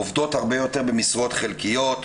עובדות הרבה יותר במשרות חלקיות,